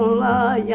la yeah